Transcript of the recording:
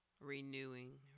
renewing